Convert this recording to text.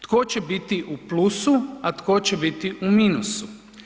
Tko će biti u plusu, a tko će biti u minusu?